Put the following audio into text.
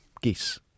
Geese